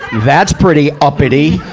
that's pretty uppity!